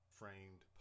framed